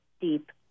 deep